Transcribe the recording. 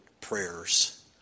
prayers